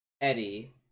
Eddie